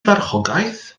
farchogaeth